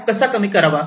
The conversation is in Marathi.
गॅप कसा कमी करावा